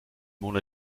mona